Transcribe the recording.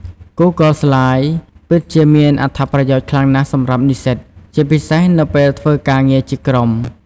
Google Slides ពិតជាមានអត្ថបទប្រយោជន៍ខ្លាំងណាស់សម្រាប់និស្សិត ជាពិសេសនៅពេលធ្វើការងារជាក្រុម។